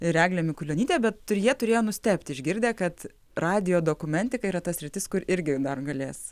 ir eglė mikulionytė bet ir jie turėjo nustebti išgirdę kad radijo dokumentika yra ta sritis kur irgi dar galės